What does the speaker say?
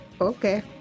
okay